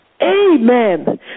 Amen